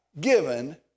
given